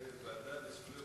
הוועדה לזכויות